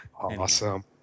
awesome